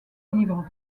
livres